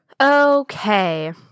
Okay